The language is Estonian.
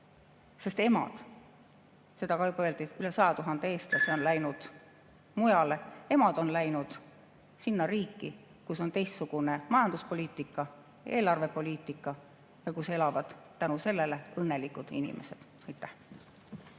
Seda ka juba öeldi, et üle 100 000 eestlase on läinud mujale. Emad on läinud sinna riiki, kus on teistsugune majanduspoliitika, eelarvepoliitika ja kus elavad tänu sellele õnnelikud inimesed. Aitäh!